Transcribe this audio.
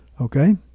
Okay